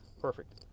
perfect